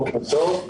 בוקר טוב.